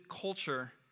culture